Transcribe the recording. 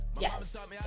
Yes